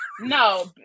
no